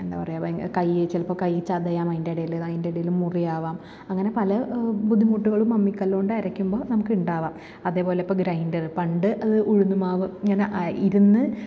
എന്താ പറയാ ഭയങ്കര കയ്യ് ചിലപ്പോൾ കയ്യ് ചതയാം അതിൻ്റെടേൽ അതിൻറ്റെടേൽ മുറിയാവാം അങ്ങനെ പല ബുദ്ധിമുട്ടുകളും അമ്മിക്കല്ലോണ്ടരക്കുമ്പോൾ നമുക്കുണ്ടാവാം അതേപോലിപ്പം ഗ്രൈൻഡറ് പണ്ട് ഉഴുന്ന് മാവ് ഇങ്ങനെ ഇരുന്ന്